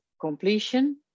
completion